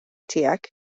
tiegħek